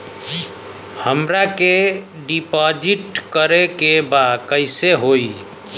हमरा के डिपाजिट करे के बा कईसे होई?